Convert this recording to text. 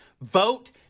Vote